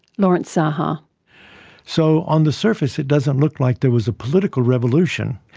lawrence saha so on the surface it doesn't look like there was a political revolution,